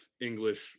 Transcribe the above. English